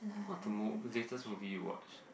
what the mo~ latest movie you watched